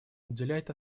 уделяет